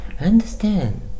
understand